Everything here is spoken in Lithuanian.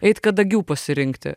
eit kadagių pasirinkti